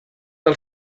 del